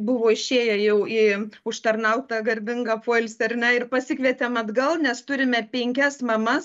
buvo išėję jau į užtarnautą garbingą poilsį ar ne ir pasikvietėm atgal nes turime penkias mamas